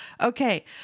Okay